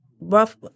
Rough